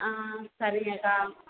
ஆ சரிங்கக்கா